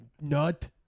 nut